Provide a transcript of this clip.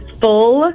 full